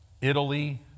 Italy